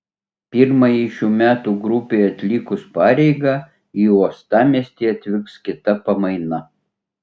pirmajai šių metų grupei atlikus pareigą į uostamiestį atvyks kita pamaina